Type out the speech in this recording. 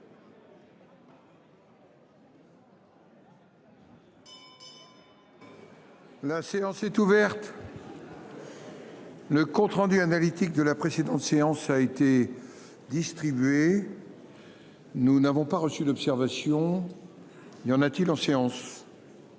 La séance est ouverte. Le compte rendu analytique de la précédente séance a été distribué. Nous n'avons pas reçu d'observation. Il y en a-t-il en séance.